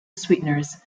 sweeteners